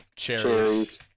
Cherries